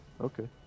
Okay